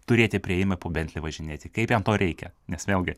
turėti priėjimą po bentlį važinėti kaip jam to reikia nes vėlgi